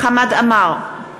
חמד עמאר,